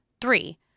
Three